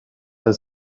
have